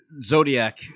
Zodiac